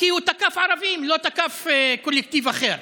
כי הוא תקף ערבים, לא תקף קולקטיב אחר.